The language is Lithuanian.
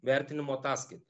vertinimo ataskaita